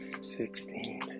Sixteen